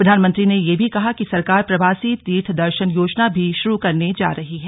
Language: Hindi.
प्रधानमंत्री ने यह भी कहा कि सरकार प्रवासी तीर्थ दर्शन योजना भी शुरू करने जा रही है